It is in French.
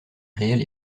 réel